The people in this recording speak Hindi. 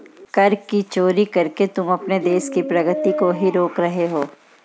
कर की चोरी करके तुम अपने देश की प्रगती को ही रोक रहे हो